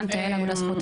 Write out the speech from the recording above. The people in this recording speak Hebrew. בסדר גמור.